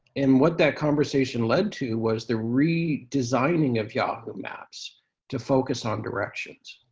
and what that conversation led to was the re-designing of yahoo maps to focus on directions.